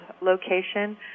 location